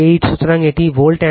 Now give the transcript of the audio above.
সুতরাং এটি volt ampere